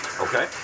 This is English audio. Okay